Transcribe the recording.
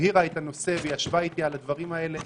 הבהירה את הנושא וישבה איתי על הדברים האלה.